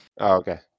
Okay